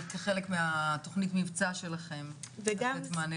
זה כחלק מהתוכנית מבצע שלכם לתת מענה